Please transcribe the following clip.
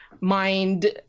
mind